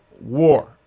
War